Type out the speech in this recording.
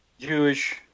Jewish